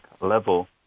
level